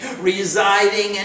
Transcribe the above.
residing